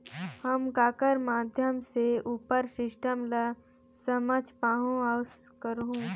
हम ककर माध्यम से उपर सिस्टम ला समझ पाहुं और करहूं?